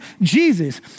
Jesus